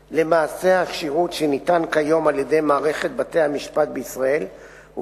השירות שניתן כיום על-ידי מערכת בתי-המשפט בישראל הוא